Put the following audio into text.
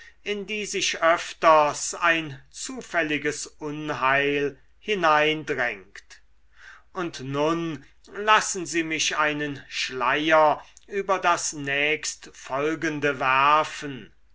in die sich öfters ein zufälliges unheil hineindrängt und nun lassen sie mich einen schleier über das nächstfolgende werfen